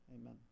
amen